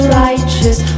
righteous